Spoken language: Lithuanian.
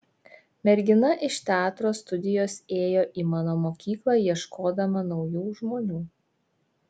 mergina iš teatro studijos ėjo į mano mokyklą ieškodama naujų žmonių